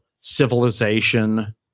civilization